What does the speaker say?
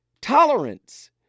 Tolerance